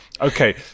Okay